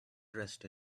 dressed